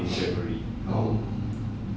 oh nasib ah